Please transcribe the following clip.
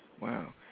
Wow